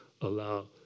Allow